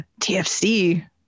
TFC